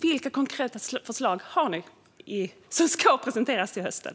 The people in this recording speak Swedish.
Vilka konkreta förslag har ni som ska presenteras till hösten?